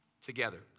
together